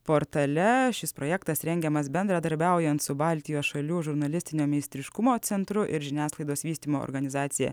portale šis projektas rengiamas bendradarbiaujant su baltijos šalių žurnalistinio meistriškumo centru ir žiniasklaidos vystymo organizacija